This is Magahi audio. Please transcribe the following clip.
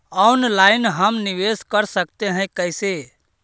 ऑनलाइन हम निवेश कर सकते है, कैसे?